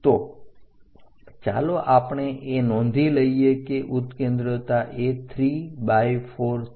તો ચાલો આપણે એ નોંધી લઈએ કે ઉત્કેન્દ્રતા એ 34 છે